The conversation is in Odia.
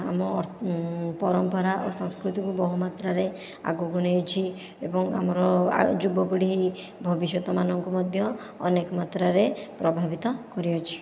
ଆମ ପରମ୍ପରା ଓ ସଂସ୍କୃତିକୁ ବହୁ ମାତ୍ରାରେ ଆଗକୁ ନେଉଛି ଏବଂ ଆମର ଯୁବ ପିଢ଼ି ଭବିଷ୍ୟତମାନଙ୍କୁ ମଧ୍ୟ ଅନେକ ମାତ୍ରାରେ ପ୍ରଭାବିତ କରିଅଛି